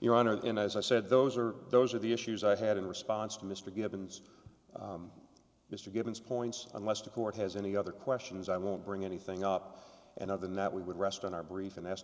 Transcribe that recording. your honor then as i said those are those are the issues i had in response to mr givens mr givens points unless the court has any other questions i won't bring anything up and other than that we would rest on our brief and ask